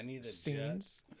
scenes